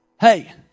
Hey